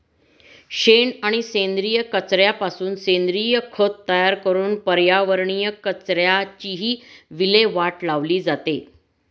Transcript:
शेण आणि सेंद्रिय कचऱ्यापासून सेंद्रिय खत तयार करून पर्यावरणीय कचऱ्याचीही विल्हेवाट लावली जाते